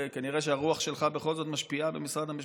וכנראה שהרוח שלך בכל זאת משפיעה במשרד המשפטים.